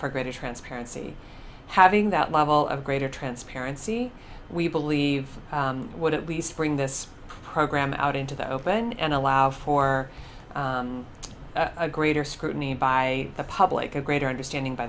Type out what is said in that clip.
for greater transparency having that level of greater transparency we believe would at least bring this program out into the open and allow for a greater scrutiny by the public a greater understanding by